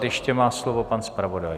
Ještě má slovo pan zpravodaj.